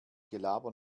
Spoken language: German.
gelaber